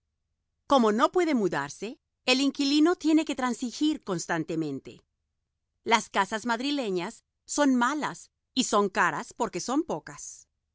como no puede mudarse el inquilino tiene que transigir constantemente las casas madrileñas son malas y son caras porque son pocas